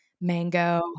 mango